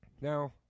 now